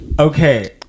okay